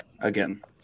again